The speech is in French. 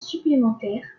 supplémentaire